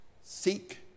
seek